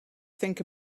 think